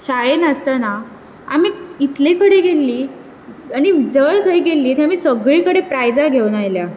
शाळेंत आसतना आमी इतले कडेन गेल्ली आनी जय थंय गेल्ली थंय आमी सगळी कडेन प्रायजां घेवन आयल्या